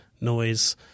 noise